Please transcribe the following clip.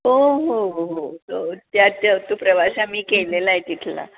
हो हो हो हो हो त्या तो प्रवास आम्ही केलेला आहे तिथला